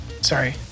sorry